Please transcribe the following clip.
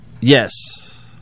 Yes